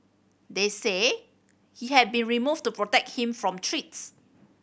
they say he had been removed to protect him from treats